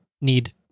need